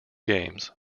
games